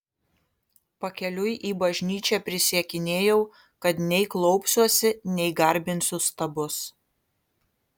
pakeliui į bažnyčią prisiekinėjau kad nei klaupsiuosi nei garbinsiu stabus